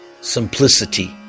simplicity